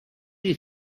you